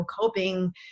coping